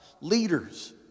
leaders